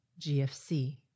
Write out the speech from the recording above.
GFC